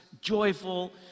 joyful